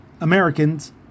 Americans